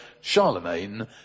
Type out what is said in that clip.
Charlemagne